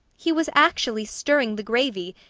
he was actually stirring the gravy,